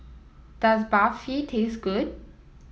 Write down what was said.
does Barfi taste good